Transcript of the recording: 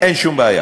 אין שום בעיה.